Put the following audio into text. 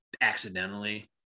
accidentally